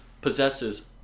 possesses